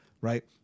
right